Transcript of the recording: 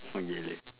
okay leh